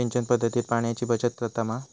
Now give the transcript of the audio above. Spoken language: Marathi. सिंचन पध्दतीत पाणयाची बचत जाता मा?